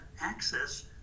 access